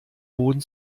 boden